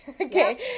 okay